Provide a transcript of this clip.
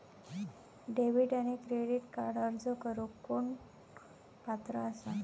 Debit आणि credit कार्डक अर्ज करुक कोण पात्र आसा?